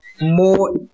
more